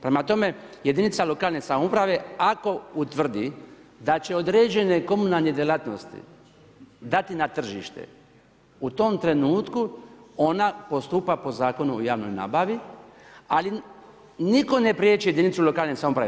Prema tome, jedinica lokalne samouprave, ako, utvrdi da će određene komunalne djelatnosti dati na tržište, u tom trenutku ona postupa po Zakonu o javnoj nabavi, ali nitko ne priječi jedinicu lokalne samouprave.